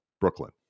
Brooklyn